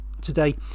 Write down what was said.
today